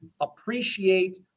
appreciate